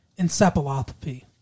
encephalopathy